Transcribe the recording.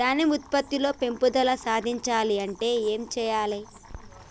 ధాన్యం ఉత్పత్తి లో పెంపుదల సాధించాలి అంటే ఏం చెయ్యాలి?